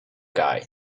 guy